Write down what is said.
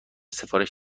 سفارش